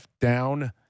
down